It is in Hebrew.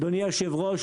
אדוני היושב-ראש,